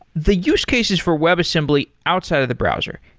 the use cases for webassembly outside of the browser,